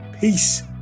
Peace